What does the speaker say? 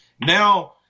Now